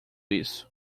isso